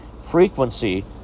frequency